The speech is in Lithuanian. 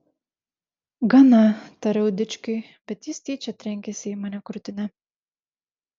gana tariau dičkiui bet jis tyčia trenkėsi į mane krūtine